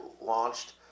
launched